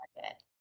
market